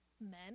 men